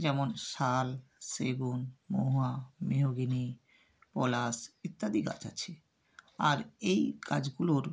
যেমন শাল সেগুন মহুয়া মেহগনি পলাশ ইত্যাদি গাছ আছে আর এই গাছগুলোর